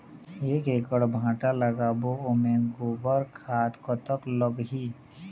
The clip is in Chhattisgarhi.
एक एकड़ भांटा लगाबो ओमे गोबर खाद कतक लगही?